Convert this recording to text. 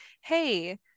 hey